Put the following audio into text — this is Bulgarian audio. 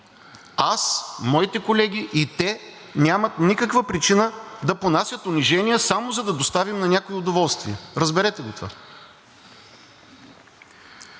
Аз, моите колеги и те нямат никаква причина да понасят унижения само за да доставим на някого удоволствие. Разберете го това